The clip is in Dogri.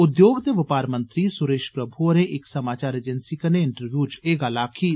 उद्योग ते बपार मंत्री सुरेष प्रभू होरें इक समाचार एजैन्सी कन्नै इंटव्यू च एह गल्ल आक्खी ऐ